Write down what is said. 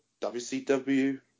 WCW